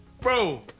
bro